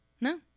No